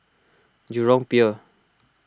Jurong Pier